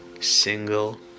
single